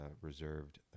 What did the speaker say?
reserved